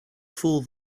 fool